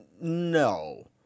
no